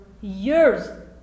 years